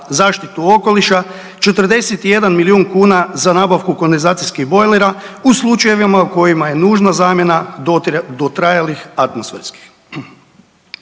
zaštitu okoliša 41 milijun kuna za nabavku kondenzacijskih bojlera u slučajevima u kojima je nužna zamjena dotrajalih atmosferskih.